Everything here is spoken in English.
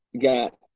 got